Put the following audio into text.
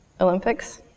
Olympics